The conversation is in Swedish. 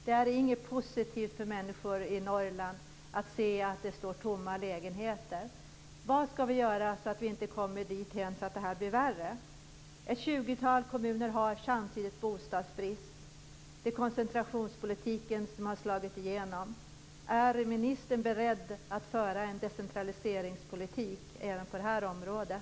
Det är inte positivt för människor i Norrland att se tomma lägenheter. Samtidigt råder bostadsbrist i ett tjugotal kommuner. Koncentrationspolitiken har slagit igenom. Är ministern beredd att föra en decentraliseringspolitik även på det området?